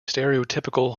stereotypical